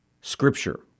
Scripture